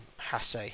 Hase